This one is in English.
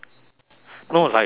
no like legit